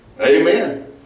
Amen